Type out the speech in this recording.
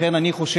לכן, אני חושב